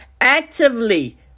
actively